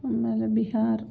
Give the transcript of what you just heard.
ಆಮೇಲೆ ಬಿಹಾರ್